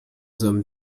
hommes